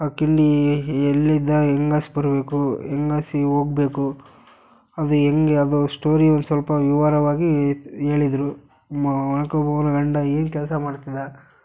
ಆ ಕಿಂಡಿ ಎಲ್ಲಿಂದ ಹೆಂಗಾಸ್ ಬರಬೇಕು ಹೆಂಗಾಸಿ ಹೋಗ್ಬೇಕು ಅದು ಹೆಂಗೆ ಅದು ಸ್ಟೋರಿ ಒಂದು ಸ್ವಲ್ಪ ವಿವರವಾಗಿ ಹೇಳಿದ್ರು ಮ ಒನಕೆ ಓಬವ್ವನ ಗಂಡ ಏನು ಕೆಲಸ ಮಾಡ್ತಿದ್ದ